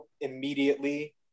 immediately